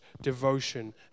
devotion